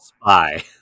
spy